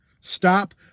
Stop